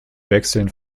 wechseln